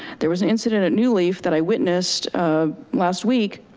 there was an incident at newleaf that i witnessed um last week,